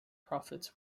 profits